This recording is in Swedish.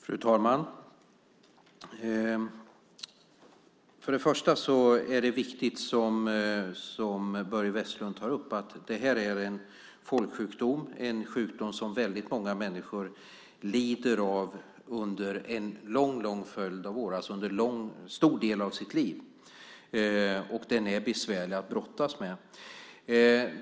Fru talman! Det som Börje Vestlund tar upp är viktigt, att det här är en folksjukdom som väldigt många människor lider av under en lång följd av år, under en stor del av sina liv, och den är besvärlig att brottas med.